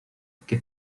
que